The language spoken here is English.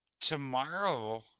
tomorrow